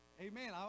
Amen